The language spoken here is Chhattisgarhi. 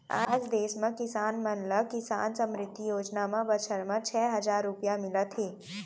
आज देस म किसान मन ल किसान समृद्धि योजना म बछर म छै हजार रूपिया मिलत हे